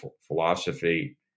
philosophy